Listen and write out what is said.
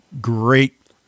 great